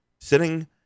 sitting